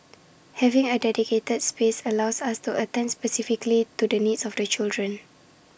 having A dedicated space allows us to attend specifically to the needs of children